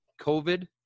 COVID